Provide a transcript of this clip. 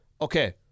okay